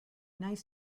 nice